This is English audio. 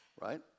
right